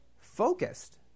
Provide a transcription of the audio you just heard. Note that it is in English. Focused